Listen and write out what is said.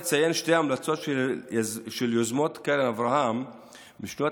אציין שתי המלצות של יוזמות קרן אברהם משנת